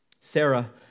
Sarah